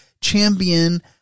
champion